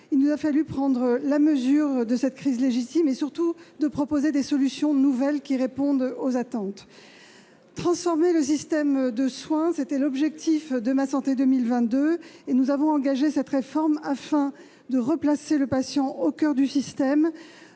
il nous a fallu prendre la mesure de cette crise légitime et, surtout, proposer des solutions nouvelles qui répondent aux attentes. Transformer le système de soins, tel était l'objectif de la stratégie « Ma santé 2022 ». Nous avons engagé cette réforme afin de replacer le patient au coeur du système